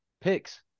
Picks